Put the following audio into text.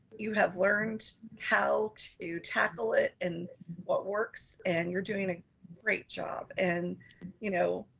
you have learned how to tackle it and what works and you're doing a great job and you know,